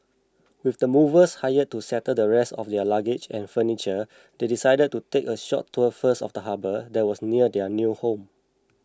with the movers hired to settle the rest of their luggage and furniture they decided to take a short tour first of the harbour that was near their new home